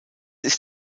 ist